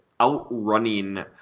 outrunning